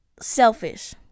selfish